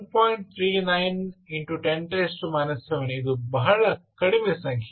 39X10 7 ಇದು ಬಹಳ ಕಡಿಮೆ ಸಂಖ್ಯೆಯಾಗಿದೆ